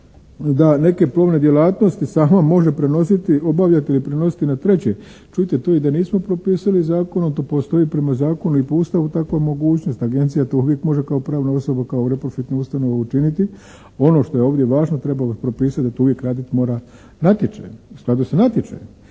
da neke plovne djelatnosti sama može prenositi, obavljati ili prenositi na treće. Čujte, to i da nismo propisali zakonom to postoji po zakonu i po Ustavu takva mogućnost, agencija to uvijek može kao pravna osoba, kao neprofitna ustanova učiniti. Ono što je ovdje važno trebalo bi propisati da to uvijek mora raditi u skladu sa natječajem.